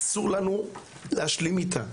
אסור לנו להשלים איתה.